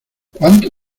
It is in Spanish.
cuánto